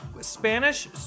Spanish